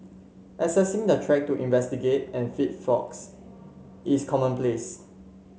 accessing the track to investigate and fix faults is commonplace